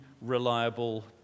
reliable